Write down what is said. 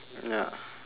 ya